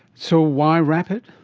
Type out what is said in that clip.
so why rapid?